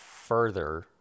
further